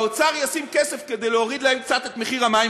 האוצר ישים כסף כדי להוריד להם קצת את מחיר המים,